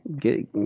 Get